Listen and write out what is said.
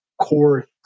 core